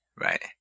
right